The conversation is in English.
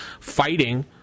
fighting